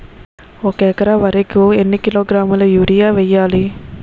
ఒక ఎకర వరి కు ఎన్ని కిలోగ్రాముల యూరియా వెయ్యాలి?